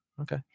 Okay